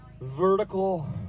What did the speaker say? vertical